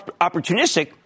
opportunistic